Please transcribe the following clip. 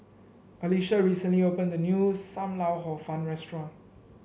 Alecia recently opened a new Sam Lau Hor Fun restaurant